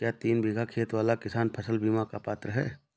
क्या तीन बीघा खेत वाला किसान फसल बीमा का पात्र हैं?